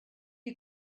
you